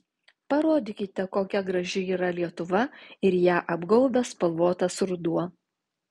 parodykite kokia graži yra lietuva ir ją apgaubęs spalvotas ruduo